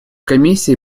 комиссии